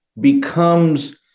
becomes